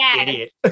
idiot